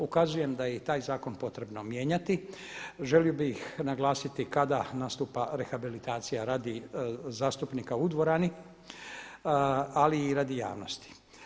Ukazujem da je i taj zakon potrebno mijenjati, želio bih naglasiti kada nastupa rehabilitacija radi zastupnika u dvorani, ali i radi javnosti.